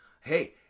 Hey